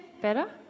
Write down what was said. better